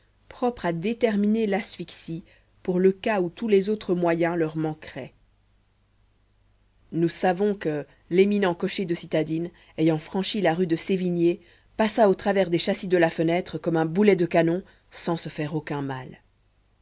propre à déterminer l'asphyxie pour le cas où tous les autres moyens leur manqueraient nous savons que l'éminent cocher de citadine ayant franchi la rue de sévigné passa au travers des châssis de la fenêtre comme un boulet de canon sans se faire aucun mal